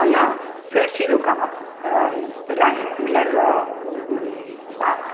हांगा चडशी लोकां रायस म्हळ्यार भात